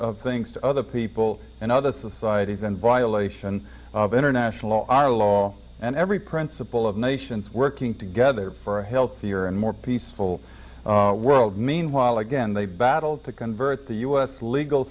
of things to other people and other societies in violation of international law our law and every principle of nations working together for a healthier and more peaceful world meanwhile again they battled to convert the us legal